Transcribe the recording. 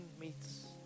meets